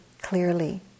clearly